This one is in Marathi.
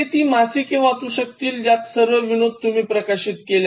ते ती मासिके वाचू शकतील ज्यात सर्व विनोद तुम्ही प्रकाशित केले आहेत